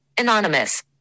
Anonymous